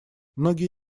многие